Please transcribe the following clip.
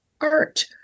art